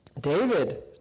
David